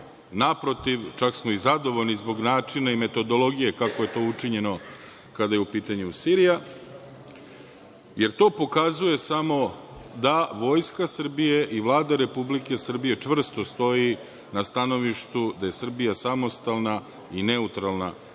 naprotiv, čak smo i zadovoljni zbog načina i metodologije kako je to učinjeno kada je u pitanju Sirija, jer to pokazuje samo da Vojska Srbije i Vlada Republike Srbije čvrsto stoji na stanovištu da je Srbija samostalna i neutralna